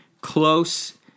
close